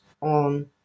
on